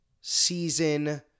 season